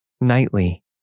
Nightly